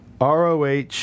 ROH